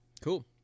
Cool